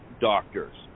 doctors